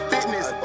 Fitness